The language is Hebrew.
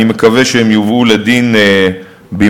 אני מקווה שהם יובאו לדין במהרה,